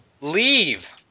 Leave